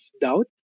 Doubt